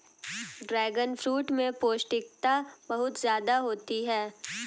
dragon fruit में पौष्टिकता बहुत ज्यादा होती है